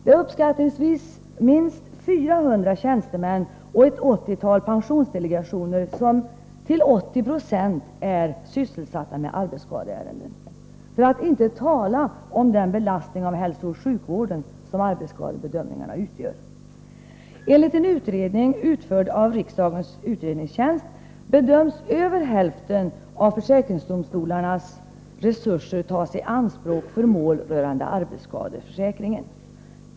Det är uppskattningsvis minst 400 tjänstemän och ett 80-tal pensionsdelegationer som till 8070 är sysselsatta med arbetsskadeärenden, för att inte tala om den belastning av hälsooch sjukvården som arbetsskadebedömningarna innebär. Enligt en utredning utförd av riksdagens utredningstjänst bedöms över hälften av försäkringsdomstolarnas resurser tas i anspråk för mål rörande arbetsskadeförsäkringen.